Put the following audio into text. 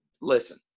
listen